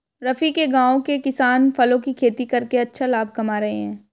रफी के गांव के किसान फलों की खेती करके अच्छा लाभ कमा रहे हैं